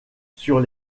sur